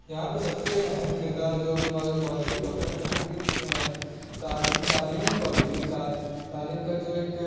یہاں پہ سب سے اہم کردار جو اگر کوالٹی کا ہوتا ہے تو یہاں کے تعلیمی کوالٹی تعلیم کا جو ایک